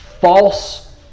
false